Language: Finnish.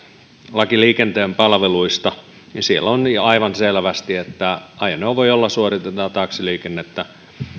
laissa liikenteen palveluista on aivan selvästi että ajoneuvon jolla suoritetaan taksiliikennettä